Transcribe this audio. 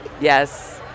Yes